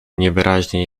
niewyraźnie